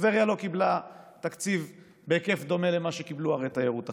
טבריה לא קיבלה תקציב בהיקף דומה למה שקיבלו ערי תיירות אחרות,